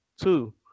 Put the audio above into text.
Two